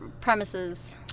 premises